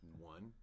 One